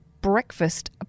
breakfast